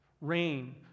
rain